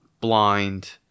blind